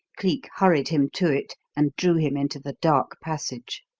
cleek hurried him to it and drew him into the dark passage.